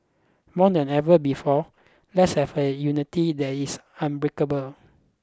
more than ever before let's have a unity that is unbreakable